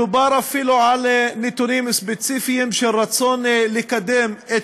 מדובר אפילו על נתונים ספציפיים של רצון לקדם את